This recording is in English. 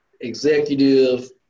executive